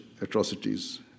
atrocities